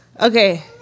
Okay